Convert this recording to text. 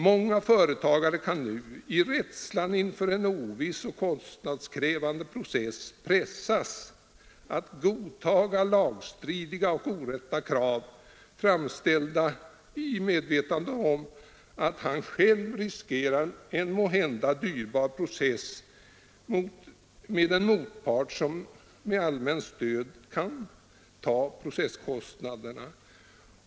Många företagare kan nu, i rädslan för en oviss och kostnadskrävande process, pressas att godta lagstridiga och orätta krav, framställda i medvetande om att företagaren själv riskerar en måhända dyrbar process med en motpart som med allmänt stöd kan ta processkostnaden.